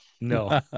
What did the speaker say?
No